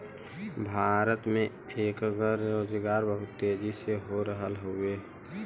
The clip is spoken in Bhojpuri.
भारत में एकर रोजगार बहुत तेजी हो रहल हउवे